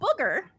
Booger